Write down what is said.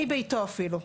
מביתו אפילו.